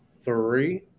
three